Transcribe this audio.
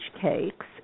cakes